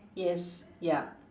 yes ya